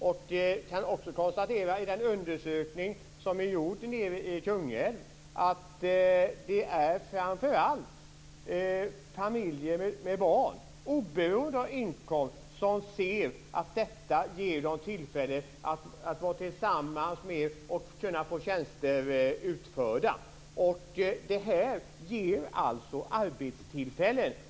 Jag kan också konstatera att den undersökning som har gjorts i Kungälv visar att det framför allt är familjer med barn, oberoende av inkomst, som ser att detta ger dem tillfälle att vara tillsammans mer och kunna få tjänster utförda. Det ger alltså arbetstillfällen.